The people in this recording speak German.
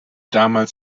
damals